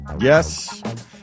Yes